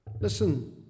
Listen